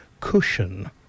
cushion